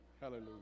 Hallelujah